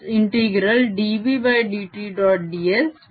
ds बरोबर ∫कर्लE